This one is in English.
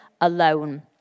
alone